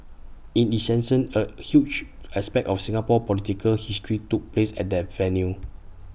in essence A huge aspect of Singapore's political history took place at that venue